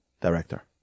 director